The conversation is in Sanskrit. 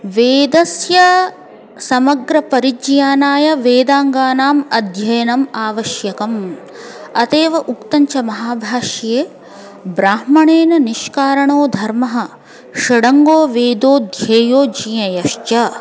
वेदस्य समग्र परिचयाय वेदाङ्गानाम् अध्ययनम् आवश्यकम् अतेव उक्तञ्च महाभाष्ये ब्राह्मणेन निष्कारणो धर्मः षडङ्गो वेदोऽध्येयो ज्ञेयश्च